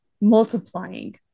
multiplying